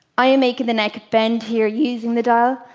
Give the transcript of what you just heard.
i am making the neck bend here using the dial,